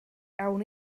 awn